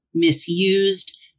Misused